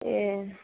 ए